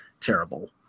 terrible